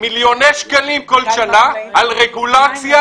מיליוני שקלים כל שנה על רגולציה,